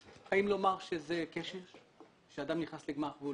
אפשר לומר שבעוד חמש שנים החוק הזה יתחיל?